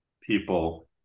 people